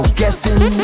guessing